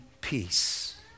peace